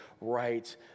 right